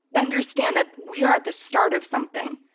understand that we are at the start of something.